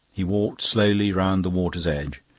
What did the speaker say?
he walked slowly round the water's edge.